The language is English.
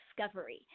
discovery